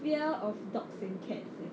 fear of dogs and cats eh